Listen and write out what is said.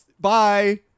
Bye